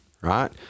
right